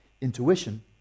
intuition